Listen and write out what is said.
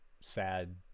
sad